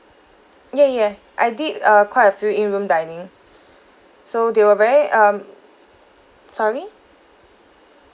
ya ya ya I did uh quite a few in room dining so they were very um sorry